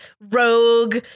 rogue